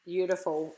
Beautiful